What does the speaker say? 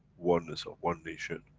oneness of one nation,